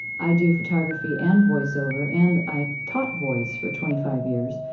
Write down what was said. i do photography and voice over, and i taught voice for twenty five years,